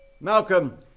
Malcolm